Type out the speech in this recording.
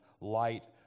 light